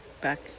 back